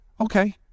Okay